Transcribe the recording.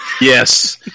Yes